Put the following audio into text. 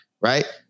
right